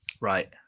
Right